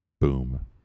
boom